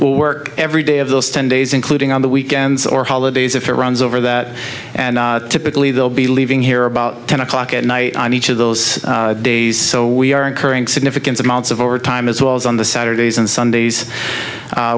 will work every day of those ten days including on the weekends or holidays if they're runs over that and typically they'll be leaving here about ten o'clock at night on each of those days so we are incurring significant amounts of overtime as well as on the saturdays and